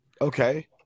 okay